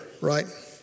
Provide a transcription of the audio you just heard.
Right